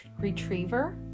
retriever